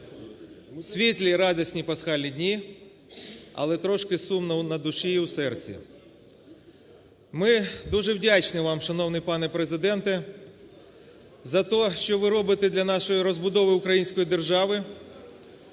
Світлі і радісні пасхальні дні, але трошки сумно на душі і у серці. Ми дуже вдячні вам, шановний пане Президенте, за те, що ви робите для нашої розбудови української держави,